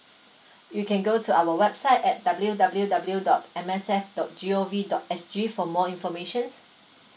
you can go to our website at W W W dot M S F dot G O V dot S G for more informations